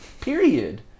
period